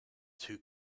two